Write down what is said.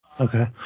Okay